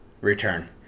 return